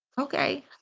okay